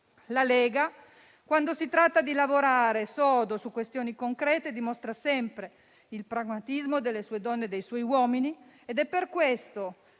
Camera. Quando si tratta di lavorare sodo su questioni concrete, la Lega dimostra sempre il pragmatismo delle sue donne e dei suoi uomini. Ed è per questo